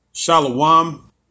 Shalom